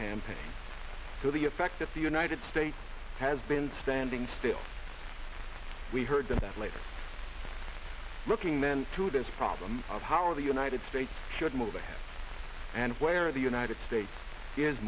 campaign to the effect that the united states has been standing still we heard that later looking then to this problem of how are the united states should move ahead and where the united states is